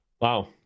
Wow